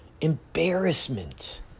Embarrassment